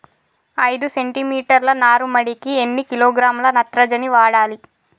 ఐదు సెంటిమీటర్ల నారుమడికి ఎన్ని కిలోగ్రాముల నత్రజని వాడాలి?